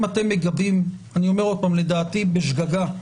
אם אתם מגבים, לדעתי בשגגה,